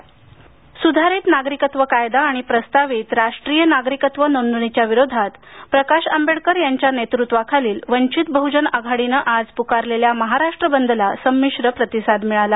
बंद सुधारित नागरिकत्व कायदा आणि प्रस्तावित राष्ट्रीय नागरिकत्व नोंदणीच्या विरोधात प्रकाश आंबेडकर यांच्या नेतृत्वाखालील वंचित बहुजन आघाडीने आज पुकारलेल्या महाराष्ट्र बंदला संमिश्र प्रतिसाद मिळाला